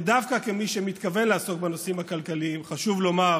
ודווקא כמי שמתכוון לעסוק בנושאים הכלכליים חשוב לומר